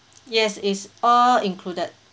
yes it's all included